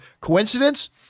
coincidence